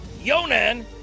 Yonan